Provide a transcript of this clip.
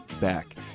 Back